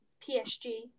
PSG